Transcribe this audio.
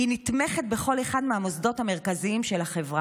היא נתמכת בכל אחד מהמוסדות המרכזיים של החברה,